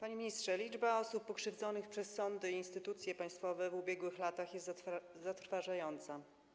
Panie ministrze, liczba osób pokrzywdzonych przez sądy i instytucje państwowe w ubiegłych latach jest zatrważająca.